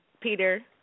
Peter